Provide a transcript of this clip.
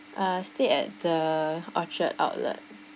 I stay at the orchard outlet